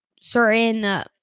certain